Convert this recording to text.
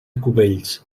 cubells